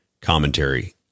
commentary